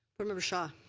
but member shaw.